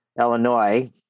illinois